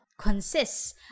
consists